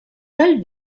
dal